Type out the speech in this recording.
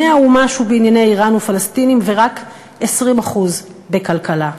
100 ומשהו בענייני איראן ופלסטינים ורק 20% בכלכלה.